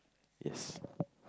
yes